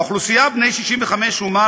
האוכלוסייה של בני 65 ומעלה,